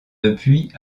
depuis